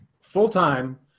full-time